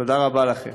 תודה רבה לכם.